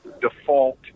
default